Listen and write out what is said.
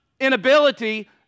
inability